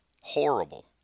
horrible